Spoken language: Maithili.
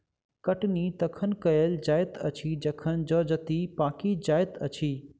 कटनी तखन कयल जाइत अछि जखन जजति पाकि जाइत अछि